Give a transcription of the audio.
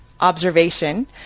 observation